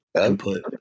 input